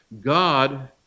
God